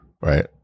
right